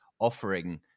offering